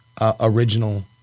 original